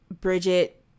Bridget